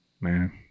Man